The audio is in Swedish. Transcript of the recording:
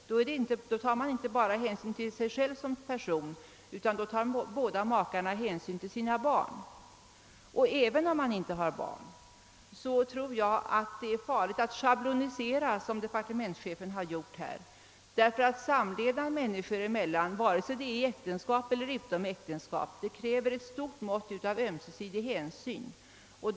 Under sådana förhållanden tar makarna inte endast hänsyn till sig själva utan också till sina barn. Jag tror att det är farligt att schabloni sera som departementschefen gjort och att problem kan uppstå även om man inte har barn. Samlevnad människor emellan — vare sig det är inom eller utom äktenskap — kräver nämligen ett stort mått av ömsesidig hänsyn.